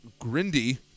Grindy